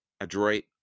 adroit